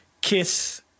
Kiss